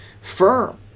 firm